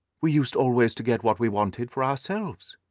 we used always to get what we wanted for ourselves.